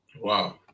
wow